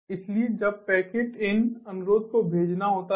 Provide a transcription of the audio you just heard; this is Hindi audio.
इसलिए जब पैकेट इन अनुरोध को भेजना होता है